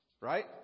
Right